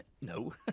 no